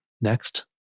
Next